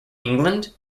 england